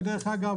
ודרך אגב,